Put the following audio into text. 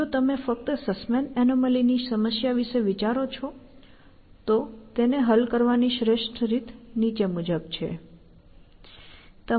જો તમે ફક્ત સસ્મેન એનોમલી Sussmans anomaly ની સમસ્યા વિશે વિચારો છો તો તેને હલ કરવાની શ્રેષ્ઠ રીત નીચે મુજબ છે